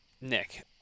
Nick